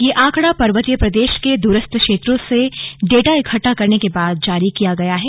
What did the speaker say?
यह आंकड़ा पर्वतीय प्रदेश के द्रस्थ क्षेत्रों से डाटा इकट्टा करने के बाद जारी किया गया है